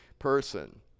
Person